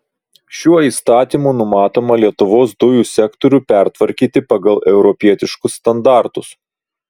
šiuo įstatymu numatoma lietuvos dujų sektorių pertvarkyti pagal europietiškus standartus